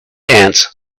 ants